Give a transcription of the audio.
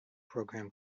program